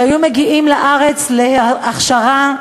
שהיו מגיעים לארץ להכשרה,